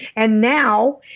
and now,